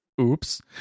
oops